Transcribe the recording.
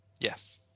Yes